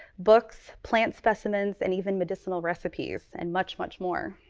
books, plant specimens and even medicinal recipes and much, much more.